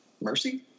Mercy